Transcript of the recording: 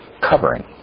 covering